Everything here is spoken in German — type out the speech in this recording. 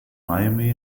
miami